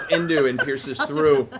into and pierces through.